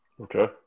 Okay